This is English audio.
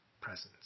presence